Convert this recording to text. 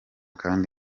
kandi